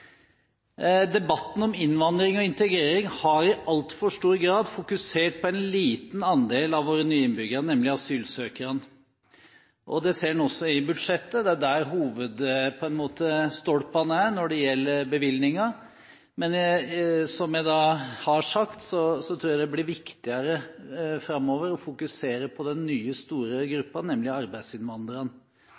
Debatten om innvandring og integrering har i altfor stor grad fokusert på en liten andel av våre nye innbyggere, nemlig asylsøkerne. Det ser en også i budsjettet. Det er der hovedstolpene er når det gjelder bevilgninger. Men som jeg har sagt: Jeg tror det blir viktigere framover å fokusere på den nye, store gruppen, nemlig arbeidsinnvandrerne.